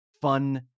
fun